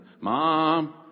Mom